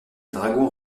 dragons